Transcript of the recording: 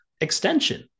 extension